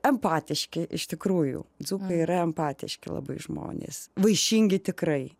empatiški iš tikrųjų dzūkai yra empatiški labai žmonės vaišingi tikrai